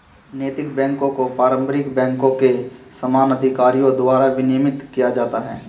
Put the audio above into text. नैतिक बैकों को पारंपरिक बैंकों के समान अधिकारियों द्वारा विनियमित किया जाता है